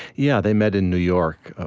yeah, they met in new york.